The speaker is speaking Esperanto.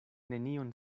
nenion